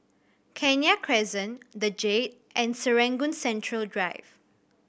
Kenya Crescent The Jade and Serangoon Central Drive